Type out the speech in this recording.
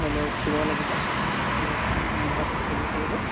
ধৰি লওক উঠিবও লাগিব সেইটো ৰংঘৰত উঠিব পাৰিব